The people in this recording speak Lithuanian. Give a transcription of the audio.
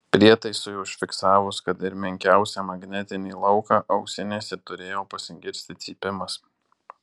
prietaisui užfiksavus kad ir menkiausią magnetinį lauką ausinėse turėjo pasigirsti cypimas